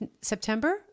September